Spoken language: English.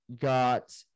got